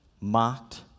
mocked